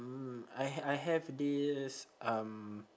mm I ha~ I have this um